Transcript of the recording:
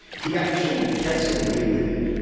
he actually gets away with it.